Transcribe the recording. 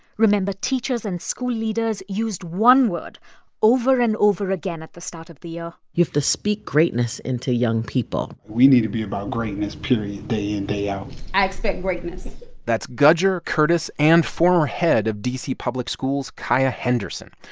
remember, teachers and school leaders used one word over and over again at the start of the year you have to speak greatness into young people we need to be about greatness, period, day in, day out i expect greatness that's gudger, curtis and former head of d c. public schools, kaya henderson.